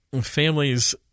families